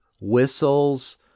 whistles